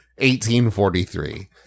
1843